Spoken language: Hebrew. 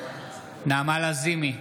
נעמה לזימי,